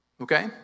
Okay